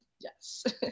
Yes